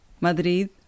Madrid